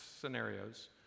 scenarios